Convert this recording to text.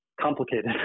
complicated